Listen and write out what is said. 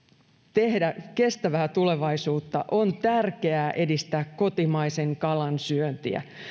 tehdä kestävää tulevaisuutta on tärkeää edistää kotimaisen kalan syöntiä